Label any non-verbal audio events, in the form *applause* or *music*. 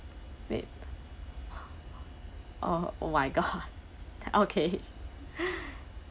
wait *breath* ah oh my god okay *breath*